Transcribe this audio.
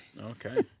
Okay